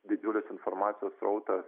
didžiulis informacijos srautas